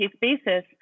basis